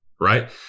Right